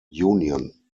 union